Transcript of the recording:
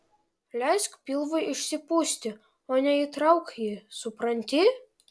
leisk pilvui išsipūsti o ne įtrauk jį supranti